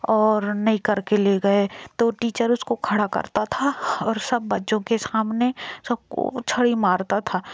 और नहीं करके ले गए तो टीचर उसको खड़ा करता था और सब बच्चों के सामने सबको वो छड़ी मरता था